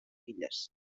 filles